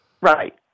Right